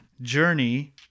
journey